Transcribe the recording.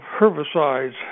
herbicides